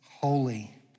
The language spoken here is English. holy